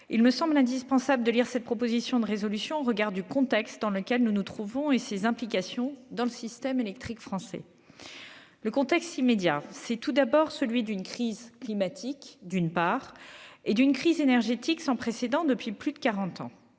Il me semble indispensable de la lire au regard du contexte dans lequel nous nous trouvons et de ses implications sur le système électrique français. Le contexte immédiat, c'est tout d'abord celui d'une crise climatique et d'une crise énergétique sans précédent depuis plus de quarante